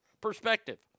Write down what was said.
perspective